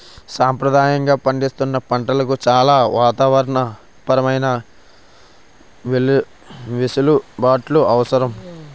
సంప్రదాయంగా పండిస్తున్న పంటలకు చాలా వాతావరణ పరమైన వెసులుబాట్లు అవసరం